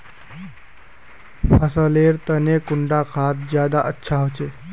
फसल लेर तने कुंडा खाद ज्यादा अच्छा होचे?